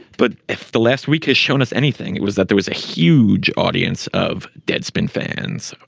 but if the last week has shown us anything it was that there was a huge audience of deadspin fans.